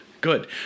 good